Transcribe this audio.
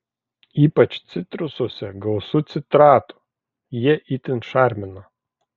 ypač citrusuose gausu citratų jie itin šarmina